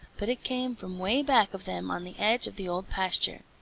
but it came from way back of them on the edge of the old pasture.